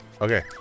Okay